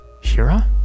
Shira